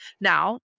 Now